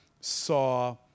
saw